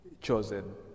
chosen